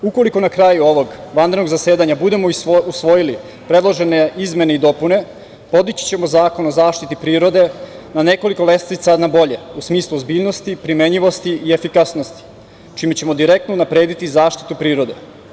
Ukoliko na kraju ovog vanrednog zasedanja budemo usvojili predložene izmene i dopune, podići ćemo Zakon o zaštiti prirode na nekoliko lestvica nabolje, u smislu ozbiljnosti, primenjivosti i efikasnosti, čime ćemo direktno unaprediti zaštitu prirode.